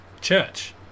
church